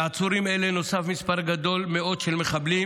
על עצורים אלה נוסף מספר גדול מאוד של מחבלים